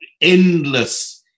endless